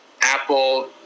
Apple